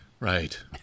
Right